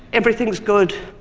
everything is good,